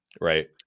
Right